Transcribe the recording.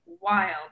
wild